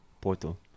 portal